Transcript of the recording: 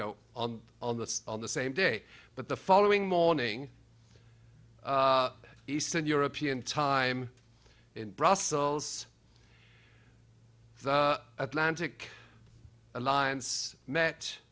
know on on the on the same day but the following morning eastern european time in brussels the atlantico alliance m